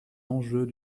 enjeux